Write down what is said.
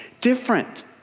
different